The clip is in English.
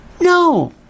No